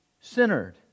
centered